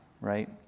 right